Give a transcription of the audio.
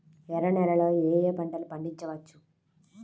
ఎర్ర నేలలలో ఏయే పంటలు పండించవచ్చు?